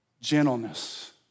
Gentleness